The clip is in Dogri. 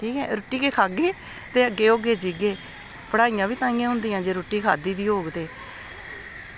ठीक ऐ रुट्टी गै खाह्गे ते अग्गें होगे जीह्गे पढ़ाइयां बी तां गै होंदियां जे रुट्टी खाद्धी दी होग ते